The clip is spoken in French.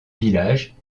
village